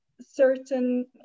certain